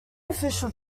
official